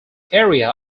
area